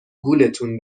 گولتون